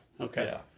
Okay